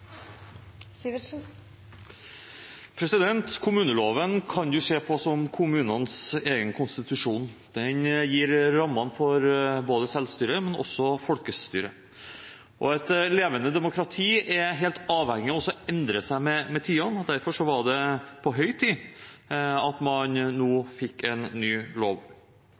oppsigelsestid. Kommuneloven kan du se på som kommunenes egen konstitusjon. Den gir rammene for både selvstyret og folkestyret. Et levende demokrati er helt avhengig av å endre seg med tiden. Derfor var det på høy tid at man nå fikk en ny lov.